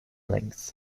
length